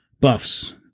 buffs